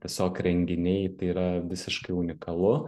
tiesiog renginiai yra visiškai unikalu